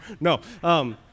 No